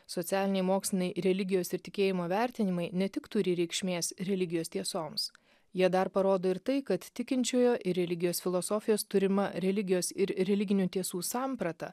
socialiniai moksliniai religijos ir tikėjimo vertinimai ne tik turi reikšmės religijos tiesoms jie dar parodo ir tai kad tikinčiojo ir religijos filosofijos turima religijos ir religinių tiesų samprata